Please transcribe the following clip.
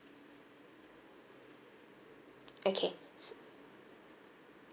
okay